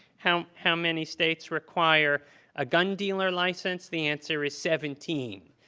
how how many states require a gun dealer license? the answer is seventeen,